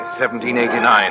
1789